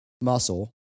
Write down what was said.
muscle